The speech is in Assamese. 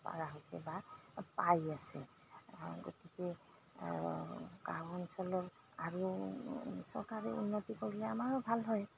পৰা হৈছে বা পাই আছে গতিকে গাঁও অঞ্চলৰ আৰু চৰকাৰে উন্নতি কৰিলে আমাৰো ভাল হয়